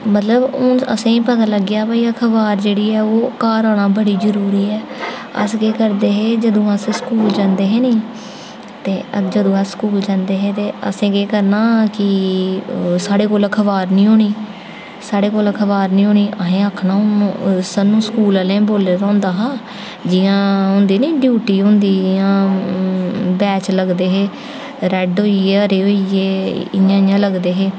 मतलब हून असें ई पता लग्गेआ भई कि अखबार जेह्ड़ी ऐ घर आना बड़ी जरूरी ऐ अस केह् करदे हे जदूं अस स्कूल जंदे हे नी जदूं अस स्कूल जंदे हे ते असें केह् करना कि साढे़ कोल अखबार निं होनी साढ़े कोल अखबार निं होनी असें आखना सानूं स्कूल आह्लें बोले दा होंदा हा जियां होंदी ना ड्यूटी होंदी जि'यां बैच लगदे हे रेड होइया हरे होइये इ'यां इ'यां लगदे हे